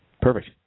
Perfect